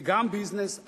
זה גם ביזנס,